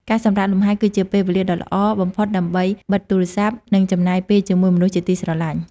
ការសម្រាកលំហែ គឺជាពេលវេលាដ៏ល្អបំផុតដើម្បីបិទទូរស័ព្ទ និងចំណាយពេលជាមួយមនុស្សជាទីស្រឡាញ់។